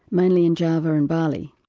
many in java and bali.